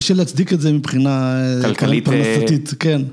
קשה להצדיק את זה מבחינה כלכלית פרנסתית, כן.